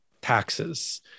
taxes